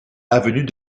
avenue